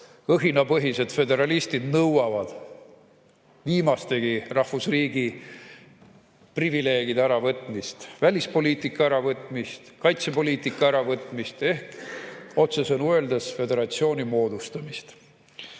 Õhinapõhised föderalistid nõuavad viimastegi rahvusriigi privileegide äravõtmist, välispoliitika äravõtmist, kaitsepoliitika äravõtmist ehk otsesõnu öeldes föderatsiooni moodustamist.